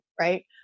right